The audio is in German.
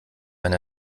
wenn